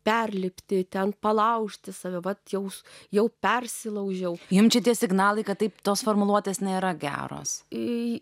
perlipti ten palaužti save vat jūs jau persilaužiau jaučiatės signalai kad taip tos formuluotės nėra geros į